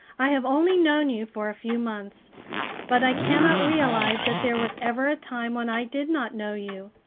i have only known you for a few months but i cannot realize that there was ever a time when i did not know you.